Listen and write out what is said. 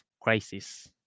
crisis